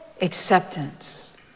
Acceptance